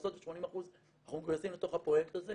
לעשות ו-80% אנחנו מגויסים לפרויקט הזה.